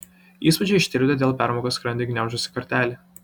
įspūdžiai ištirpdė dėl permokos skrandį griaužusį kartėlį